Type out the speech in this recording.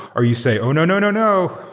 or you say, oh! no. no. no. no.